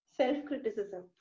self-criticism